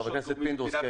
חבר הכנסת פינדרוס,